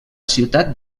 ciutat